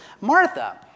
Martha